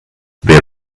wer